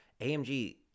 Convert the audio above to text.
AMG